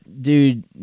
Dude